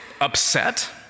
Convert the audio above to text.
upset